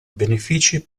benefici